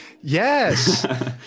Yes